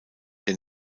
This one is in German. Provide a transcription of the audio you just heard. der